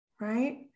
right